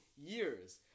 years